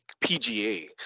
pga